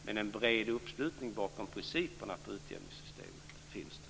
Men en bred uppslutning bakom principerna för utjämningssystemet finns det.